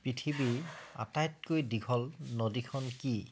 পৃথিৱীৰ আটাইতকৈ দীঘল নদীখন কি